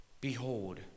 behold